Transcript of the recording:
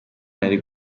nari